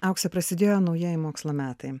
aukse prasidėjo naujieji mokslo metai